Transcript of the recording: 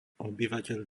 obyvateľ